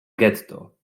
getto